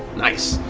nice!